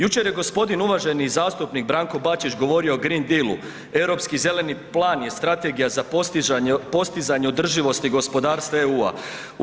Jučer je gospodin uvaženi zastupnik Branko Bačić govorio o „Green Deal“ Europski zeleni plan je strategija za postizanje održivosti gospodarstva EU-a.